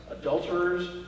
adulterers